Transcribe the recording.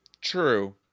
True